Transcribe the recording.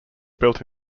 built